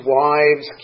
wives